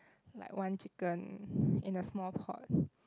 like one chicken in the small pot